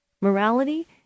Morality